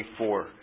24